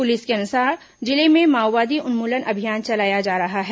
police के अनुसार जिले में माओवादी उन्मूलन अभियान चलाया जा रहा है